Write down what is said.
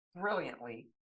brilliantly